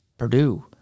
Purdue